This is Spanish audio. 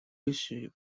vice